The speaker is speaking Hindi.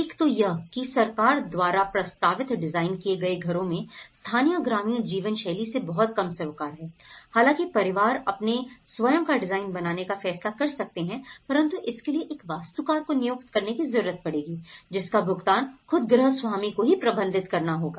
एक तो यह कि सरकार द्वारा प्रस्तावित डिजाइन किए गए घरों में स्थानीय ग्रामीण जीवन शैली से बहुत कम सरोकार हैं हालांकि परिवार अपने स्वयं का डिजाइन बनाने का फैसला कर सकते हैं परंतु इसके लिए एक वास्तुकार को नियुक्त करने की जरूरत पड़ेगी जिसका भुगतान खुद ग्रह स्वामी को ही प्रबंधित करना होगा